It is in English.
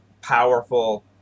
powerful